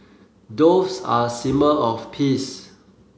doves are a symbol of peace